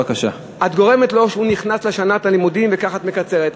את ככה גורמת לו שהוא נכנס לשנת הלימודים וכך את מקצרת.